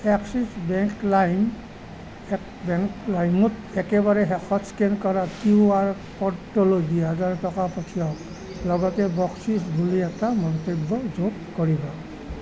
axis bank লাইম এক bank লাইনত একেবাৰে শেষত স্কেন কৰা কিউ আৰ ক'ডটোলৈ দুহেজেৰ টকা পঠিয়াওক লগতে বকচিচ বুলি এটা মন্তব্য যোগ কৰিব